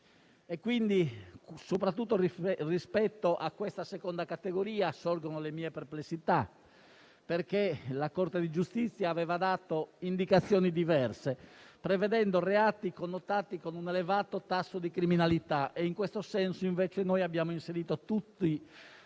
tre anni. Soprattutto rispetto a questa seconda categoria, sorgono le mie perplessità, perché la Corte di giustizia aveva dato indicazioni diverse, prevedendo reati connotati con un elevato tasso di criminalità. Noi, invece, tutti i